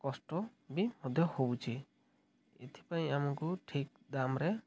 କଷ୍ଟ ବି ମଧ୍ୟ ହେଉଛି ଏଥିପାଇଁ ଆମକୁ ଠିକ୍ ଦାମରେ